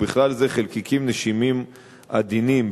ובכלל זה חלקיקים נשימים עדינים,